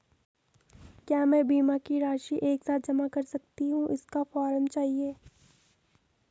क्या मैं बीमा की राशि एक साथ जमा कर सकती हूँ इसका फॉर्म चाहिए?